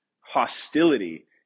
hostility